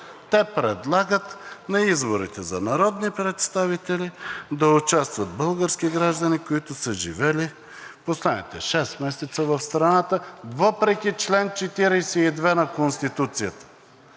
те предлагат на изборите за народни представители да участват български граждани, които са живели последните шест месеца в страната, въпреки чл. 42 на Конституцията.